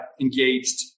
engaged